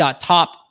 top